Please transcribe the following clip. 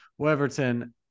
Weverton